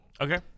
Okay